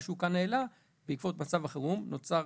מה שהוא כאן העלה שבעקבות מצב החירום נוצר